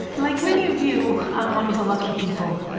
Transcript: like many of you, i'm one of the lucky people.